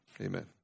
amen